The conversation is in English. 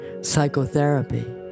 psychotherapy